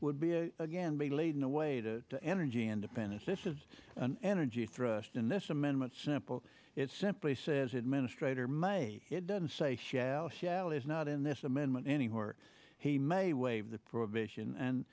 would be again be laid in a way to energy independence this is an energy thrust in this amendment simple it simply says administrator maybe it doesn't say shall shall is not in this amendment anymore he may waive the prohibition and